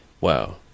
Wow